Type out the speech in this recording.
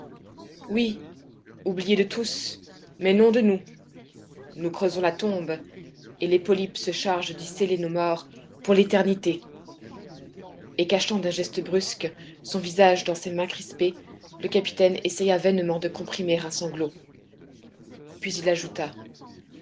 oui oubliés de tous mais non de nous nous creusons la tombe et les polypes se chargent d'y sceller nos morts pour l'éternité et cachant d'un geste brusque son visage dans ses mains crispées le capitaine essaya vainement de comprimer un sanglot puis il ajouta